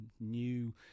new